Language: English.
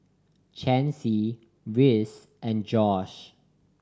Chancy Reese and Josh